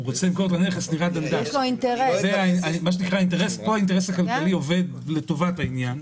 פה האינטרס הכלכלי עובד לטובת העניין.